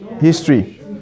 history